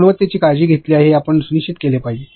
गुणवत्तेची काळजी घेतली आहे हे आपण सुनिश्चित केले पाहिजे